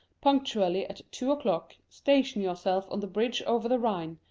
punctually at two o'clock, station yourself on the bridge over the rhine,